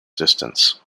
distance